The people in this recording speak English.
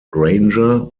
granger